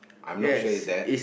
I'm not sure it's that